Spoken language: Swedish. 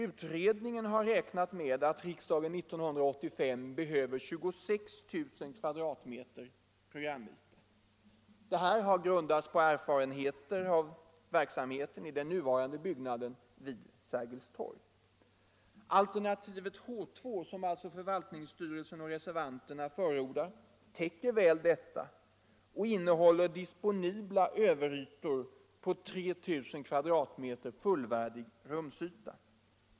Utredningen har beräknat att riksdagen 1985 behöver 26 000 m” programyta. Detta har grundats på erfarenheter av verksamheten i de nuvarande byggnaderna vid Sergels torg. Alternativet H 2, som alltså förvaltningsstyrelsen och reservanterna förordar, täcker detta väl och innehåller disponibla överytor på 3 000 m? fullvärdig rumsyta.